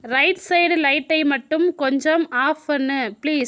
right side லைட்டை மட்டும் கொஞ்சம் ஆஃப் பண்ணு பிளீஸ்